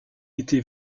été